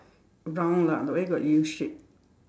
round lah where got U shape